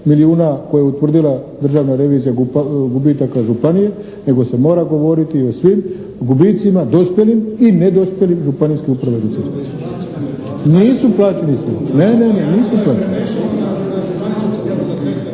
milijuna koju je utvrdila Državna revizija gubitaka županije nego se mora govoriti o svim gubicima dospjelim i nedospjelim Županijske uprave za ceste. …/Upadica se ne čuje./… Nisu plaćeni